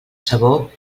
sabor